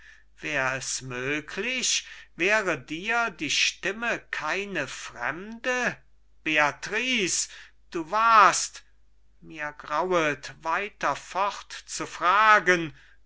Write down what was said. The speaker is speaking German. wär es möglich wäre dir die stimme keine fremde beatrice du warst mir grauet weiter fort zu fragen